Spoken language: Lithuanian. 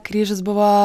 kryžius buvo